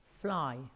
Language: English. fly